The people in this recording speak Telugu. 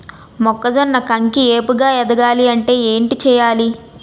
మొక్కజొన్న కంకి ఏపుగ ఎదగాలి అంటే ఏంటి చేయాలి?